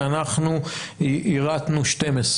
אנחנו יירטנו 12,